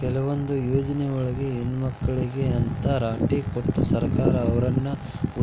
ಕೆಲವೊಂದ್ ಯೊಜ್ನಿಯೊಳಗ ಹೆಣ್ಮಕ್ಳಿಗೆ ಅಂತ್ ರಾಟಿ ಕೊಟ್ಟು ಸರ್ಕಾರ ಅವ್ರನ್ನ